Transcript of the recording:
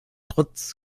trotz